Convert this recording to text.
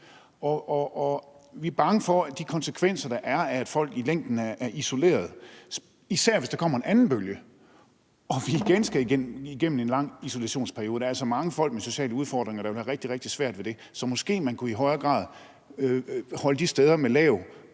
Vi er bange for de konsekvenser, der er af, at folk i længden er isoleret, især hvis der kommer en anden bølge og vi igen skal igennem en lang isolationsperiode. Der er altså mange folk med sociale udfordringer, der vil have rigtig, rigtig svært ved det, så måske man i højere grad kunne holde de steder med lav